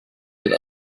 with